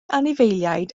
anifeiliaid